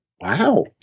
wow